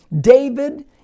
David